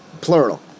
plural